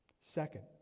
Second